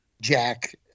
jack